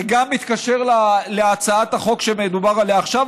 זה גם מתקשר להצעת החוק שמדובר עליה עכשיו,